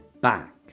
back